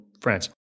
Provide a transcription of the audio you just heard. France